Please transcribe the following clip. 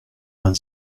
man